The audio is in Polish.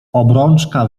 obrączka